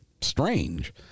strange